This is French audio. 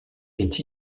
est